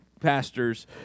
pastors